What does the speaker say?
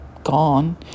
Gone